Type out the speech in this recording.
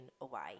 away